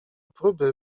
próby